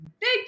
big